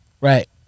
Right